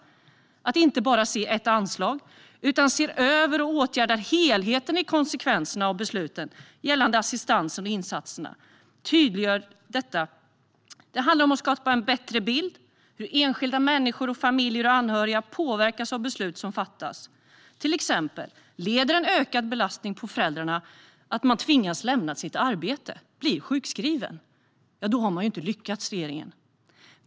Man ska inte bara se ett anslag, utan man ska se över och åtgärda helheten i konsekvenserna av besluten gällande assistans och insatser - vi vill se ett tydliggörande av detta. Det handlar om att skapa en bättre bild. Enskilda människor, familjer och anhöriga påverkas av de beslut som fattas - man har ju till exempel inte lyckats om en ökad belastning på föräldrarna leder till att någon tvingas lämna sitt arbete och blir sjukskriven.